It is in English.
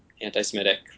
anti-Semitic